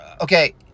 okay